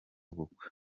w’ubukwe